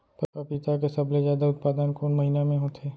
पपीता के सबले जादा उत्पादन कोन महीना में होथे?